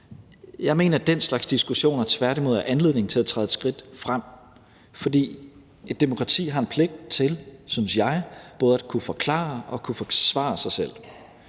Jeg mener, at den slags diskussioner tværtimod er en anledning til at træde et skridt frem, fordi et demokrati har en pligt, synes jeg, til både at kunne forklare og forsvare sig selv.